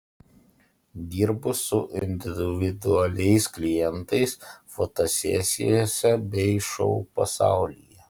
dirbu su individualiais klientais fotosesijose bei šou pasaulyje